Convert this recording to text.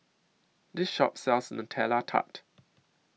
This Shop sells Nutella Tart